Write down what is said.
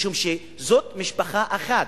משום שזאת משפחה אחת.